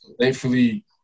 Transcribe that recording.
Thankfully